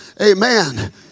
Amen